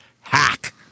Hack